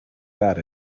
that